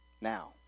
Now